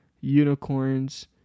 unicorns